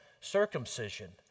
circumcision